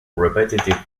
repetitive